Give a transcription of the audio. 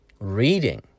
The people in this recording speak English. Reading